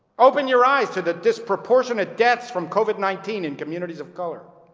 open your eyes to the disproportionate deaths from covid nineteen in communities of color.